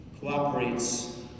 cooperates